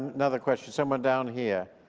another question. someone down here.